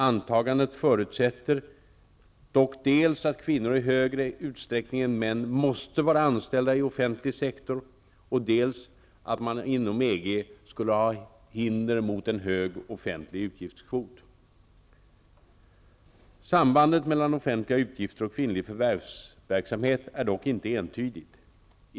Antagandet förutsätter dock dels att kvinnor i högre utsträckning än män måste vara anställda i offentlig sektor, dels att man inom EG skulle ha hinder mot en hög offentlig utgiftskvot. Sambandet mellan offentliga utgifter och kvinnlig förvärvsverksamhet är dock inte entydigt.